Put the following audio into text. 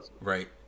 right